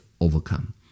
overcome